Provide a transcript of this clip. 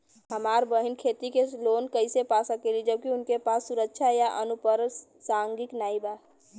हमार बहिन खेती के लोन कईसे पा सकेली जबकि उनके पास सुरक्षा या अनुपरसांगिक नाई बा?